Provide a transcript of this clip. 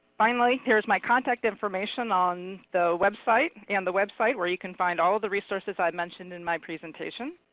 finally, here's my contact information on the website. and the website where you can find all the resources i've mentioned in my presentation.